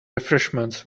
refreshments